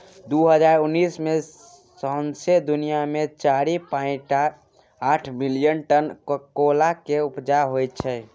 दु हजार उन्नैस मे सौंसे दुनियाँ मे चारि पाइंट आठ मिलियन टन कोकोआ केँ उपजा होइ छै